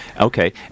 Okay